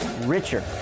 richer